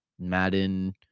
madden